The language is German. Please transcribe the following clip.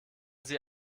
sie